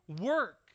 work